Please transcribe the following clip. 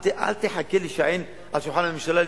אל תחכה להישען על שולחן הממשלה,